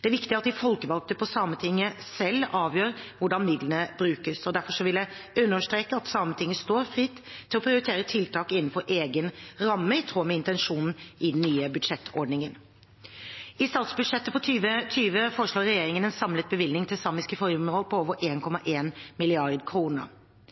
Det er viktig at de folkevalgte på Sametinget selv avgjør hvordan midlene brukes. Derfor vil jeg understreke at Sametinget står fritt til å prioritere tiltak innenfor egen ramme, i tråd med intensjonen i den nye budsjettordningen. I statsbudsjettet for 2020 foreslår regjeringen en samlet bevilgning til samiske formål på over